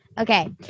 Okay